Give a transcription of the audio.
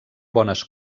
bones